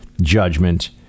judgment